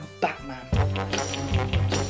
Batman